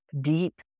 deep